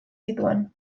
zituen